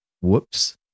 Whoops